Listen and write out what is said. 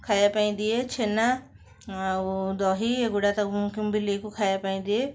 ଖାଇବା ପାଇଁ ଦିଏ ଛେନା ଆଉ ଦହି ଏଗୁଡ଼ାକ ସବୁ ମୁଁ ବିଲେଇକୁ ଖାଇବା ପାଇଁ ଦିଏ